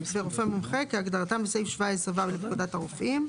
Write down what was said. ו"רופא מומחה" כהגדרתם בסעיף 17ו לפקודת הרופאים,